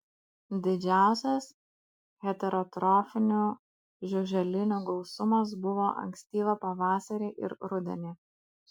didžiausias heterotrofinių žiuželinių gausumas buvo ankstyvą pavasarį ir rudenį